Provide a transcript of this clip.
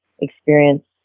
experience